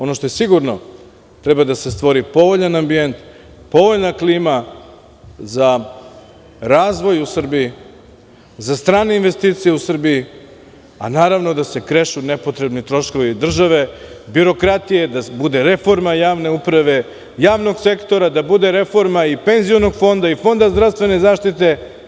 Ono što je sigurno treba da se stvori povoljan ambijent, povoljna klima za razvoj u Srbiji, za stranu investiciju u Srbiji, a naravno da se krešu nepotrebni troškovi države, birokratije, da bude reforma javne uprave, javnog sektora, da bude reforma i penzionog fonda i fonda zdravstvene zaštite.